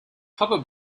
cover